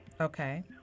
Okay